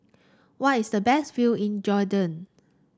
what is the best view in Jordan